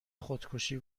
خودکشی